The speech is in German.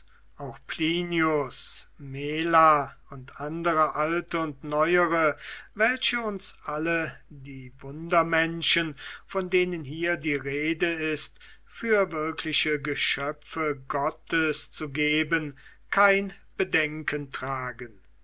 auch plinius mela und andere alte und neuere welche uns alle die wundermenschen von denen hier die rede ist für wirkliche geschöpfe gottes zu gehen kein bedenken tragen